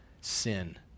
sin